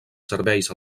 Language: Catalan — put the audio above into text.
serveis